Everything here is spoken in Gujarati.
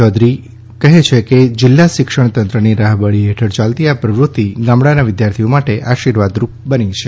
ચૌધરી કહે છે કે જિલ્લા શિક્ષણ તંત્રની રાહબરી હેઠળ ચાલતી આ પ્રવૃતી ગામડાના વિદ્યાથીઓ માટે આશીર્વાદરૂપ બની છે